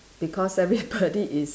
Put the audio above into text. because everybody is